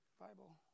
Bible